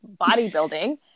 bodybuilding